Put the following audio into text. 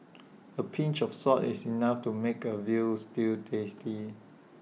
A pinch of salt is enough to make A Veal Stew tasty